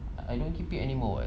I don't keep it anymore [what]